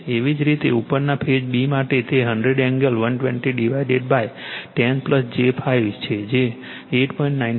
એવી જ રીતે ઉપરના ફેઝ b માટે તે 100 એંગલ 120 ડિવાઇડેડ 10 j 5 છે જે 8